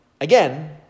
Again